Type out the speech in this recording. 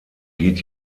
geht